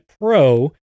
pro